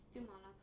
still 麻辣烫